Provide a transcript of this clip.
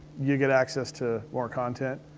you get access to more content.